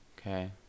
okay